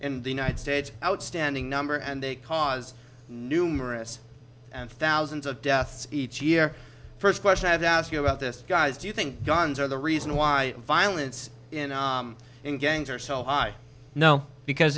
in the united states outstanding number and they cause numerous and thousands of deaths each year first question i have to ask you about this guys do you think guns are the reason why violence in gangs are so high no because